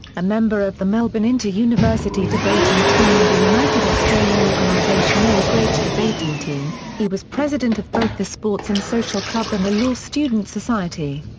a member of the melbourne inter-university debating team and the united australia organization a grade debating team, he was president of both the sports and social club and the law students' society.